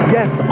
Yes